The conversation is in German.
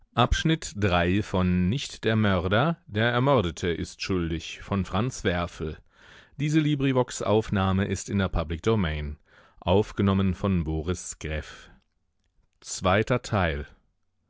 nicht der mörder der ermordete ist schuldig